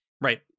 right